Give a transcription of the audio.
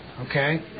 Okay